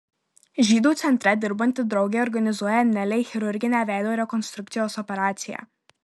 žydų centre dirbanti draugė organizuoja nelei chirurginę veido rekonstrukcijos operaciją